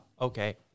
okay